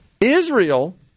Israel